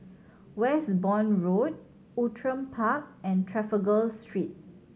Westbourne Road Outram Park and Trafalgar Street